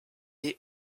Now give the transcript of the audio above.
est